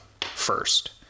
first